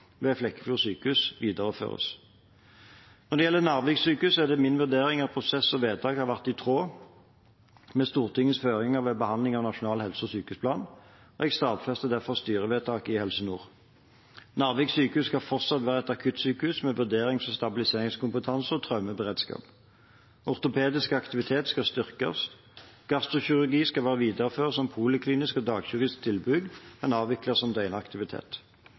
ved Flekkefjord sykehus videreføres. Når det gjelder Narvik sykehus, er det min vurdering at prosess og vedtak har vært i tråd med Stortingets føringer ved behandlingen av Nasjonal helse- og sykehusplan. Jeg stadfestet derfor styrevedtaket i Helse Nord. Narvik sykehus skal fortsatt være et akuttsykehus med vurderings- og stabiliseringskompetanse og traumeberedskap. Ortopedisk aktivitet skal styrkes. Gastrokirurgi skal videreføres som poliklinisk og dagkirurgisk tilbud, men avvikles som